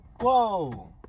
Whoa